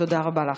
תודה רבה לך.